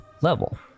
level